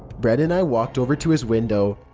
brett and i walked over to his window.